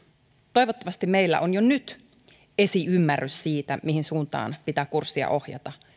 toivottavasti meillä on jo nyt esiymmärrys siitä mihin suuntaan pitää kurssia ohjata